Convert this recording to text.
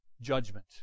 judgment